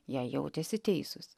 jei jautėsi teisūs